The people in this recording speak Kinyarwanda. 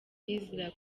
ezra